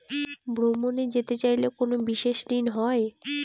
ভ্রমণে যেতে চাইলে কোনো বিশেষ ঋণ হয়?